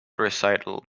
recital